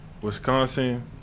Wisconsin